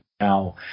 now